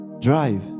Drive